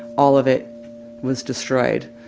all of it was destroyed.